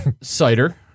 Cider